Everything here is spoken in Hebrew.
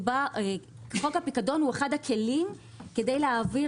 חוק הפיקדון הוא אחד הכלים כדי להעביר